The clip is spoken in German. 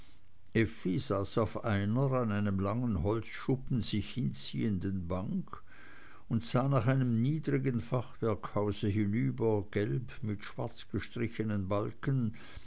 an einem langen holzschuppen sich hinziehenden bank und sah nach einem niedrigen fachwerkhaus hinüber gelb mit schwarzgestrichenen balken